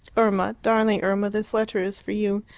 irma, darling irma, this letter is for you.